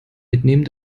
mitnehmen